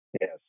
Yes